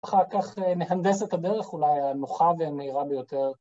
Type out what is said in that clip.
אחר כך נהנדס את הדרך אולי הנוחה והמהירה ביותר